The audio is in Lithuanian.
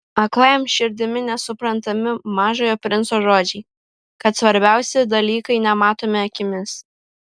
aklajam širdimi nesuprantami mažojo princo žodžiai kad svarbiausi dalykai nematomi akimis